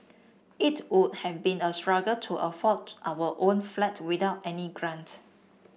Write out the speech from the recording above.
it would have been a struggle to afford our own flat without any grant